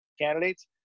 candidates